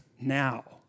now